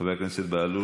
חבר הכנסת בהלול,